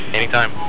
Anytime